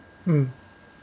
mm